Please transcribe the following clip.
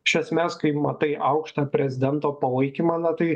iš esmės kai matai aukštą prezidento palaikymą na tai